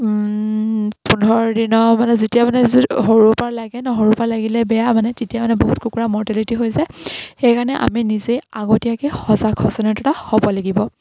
পোন্ধৰ দিনৰ মানে যেতিয়া মানে সৰুৰ পৰা লাগে ন সৰুৰ পৰা লাগিলে বেয়া মানে তেতিয়া মানে বহুত কুকুৰা মৰ্তেলিটি হৈ যায় সেইকাৰণে আমি নিজেই আগতীয়াকে সজাগ সচেতনতা হ'ব লাগিব